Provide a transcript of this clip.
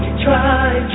try